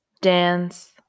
dance